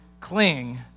cling